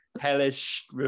hellish